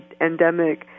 endemic